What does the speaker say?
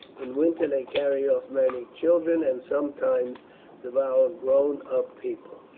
in winter they carry off many children, and sometimes devour grown up people,